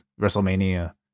WrestleMania